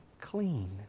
clean